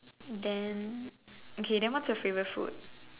then okay then what's your favourite food